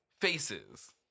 faces